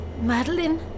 Madeline